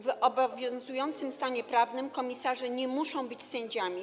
W obowiązującym stanie prawnym komisarze nie muszą być sędziami.